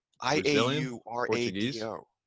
I-A-U-R-A-T-O